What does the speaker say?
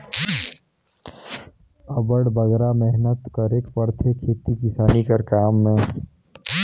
अब्बड़ बगरा मेहनत करेक परथे खेती किसानी कर काम में